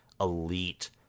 elite